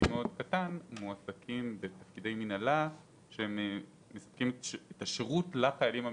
קטן מועסק בתפקידי מינהלה שמהותם שירות לחיילים המקצועיים,